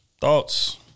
Thoughts